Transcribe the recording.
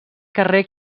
carrer